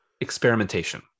experimentation